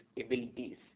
abilities